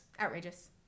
Outrageous